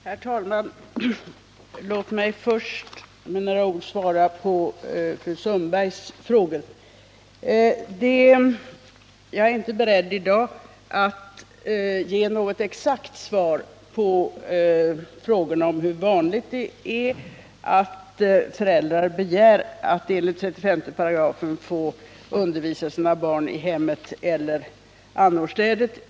Herr talman! Låt mig först med några ord svara på fru Sundbergs frågor. Jag är inte beredd i dag att ge något exakt svar på frågan om hur vanligt det är att föräldrar begär att enligt 35 § skollagen få undervisa sina barn i hemmet eller annorstädes.